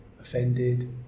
offended